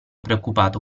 preoccupato